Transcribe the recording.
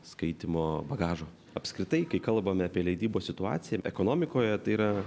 skaitymo bagažo apskritai kai kalbame apie leidybos situaciją ekonomikoje tai yra